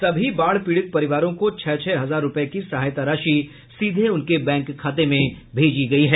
सभी बाढ़ पीड़ित परिवारों को छह छह हजार रूपये की सहायता राशि सीधे उनके बैंक खाते में भेजी गयी है